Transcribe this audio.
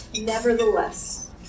nevertheless